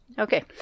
Okay